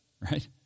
right